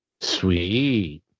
Sweet